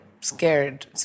scared